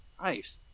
Nice